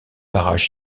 barrage